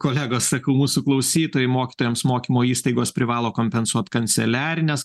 kolegos sakau mūsų klausytojai mokytojams mokymo įstaigos privalo kompensuot kanceliarines